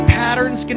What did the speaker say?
patterns